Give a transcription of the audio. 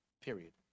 period